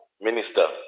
Minister